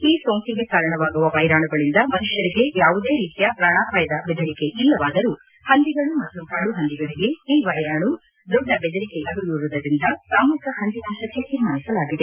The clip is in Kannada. ಈ ಸೋಂಕಿಗೆ ಕಾರಣವಾಗುವ ವ್ಲೆರಾಣುಗಳಿಂದ ಮನುಷ್ಕರಿಗೆ ಯಾವುದೇ ರೀತಿಯ ಪ್ರಾಣಾಪಾಯದ ಬೆದರಿಕೆ ಇಲ್ಲವಾದರೂ ಹಂದಿಗಳು ಮತ್ತು ಕಾಡುಹಂದಿಗಳಿಗೆ ಈ ವ್ಯೆರಾಣು ದೊಡ್ಡ ಬೆದರಿಕೆಯಾಗಿರುವುದರಿಂದ ಸಾಮೂಹಿಕ ಹಂದಿ ನಾಶಕ್ಷೆ ತೀರ್ಮಾನಿಸಲಾಗಿದೆ